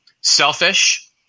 selfish